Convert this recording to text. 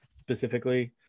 specifically